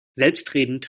selbstredend